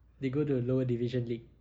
they go to a lower division league